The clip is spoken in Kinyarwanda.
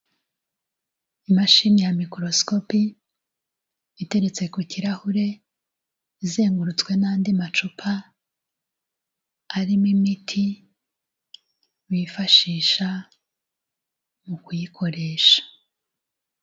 Imashini ya mikorosikopi iteretse ku kirahure izengurutswe n'andi macupa arimo imiti bifashisha mu kuyikoresha.